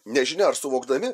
nežinia ar suvokdami